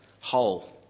whole